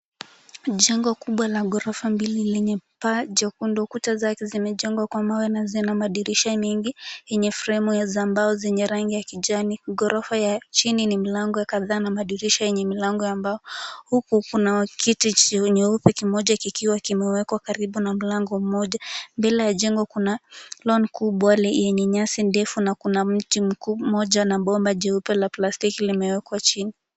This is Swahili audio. Jengo kubwa la ghorofa mbili lenye paa jekundu. Kuta mbili zimejengwa kwa mawe na zina madirisha mengi yenye fremu za mbao zenye rangi ya kijani. Ghorofa ya chini ni mlango kadhaa na madirisha yenye milango ya mbao huku kuna kiti nyeupe kimoja kikiwa kimewekwa karibu na mlango moja. Mbele ya jengo kuna lawn kubwa yenye nyasi ndefu na kuna mti mmoja bomba jeupe la plastiki limewekwa chini.